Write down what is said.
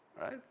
right